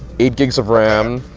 eight gigs of ram,